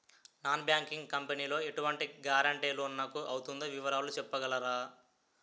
Non banking company లో ఎటువంటి guarantee loan నాకు అవుతుందో వివరాలు చెప్పగలరా?